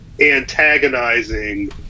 antagonizing